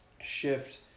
shift